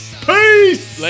Peace